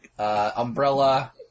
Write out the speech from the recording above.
Umbrella